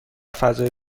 فضای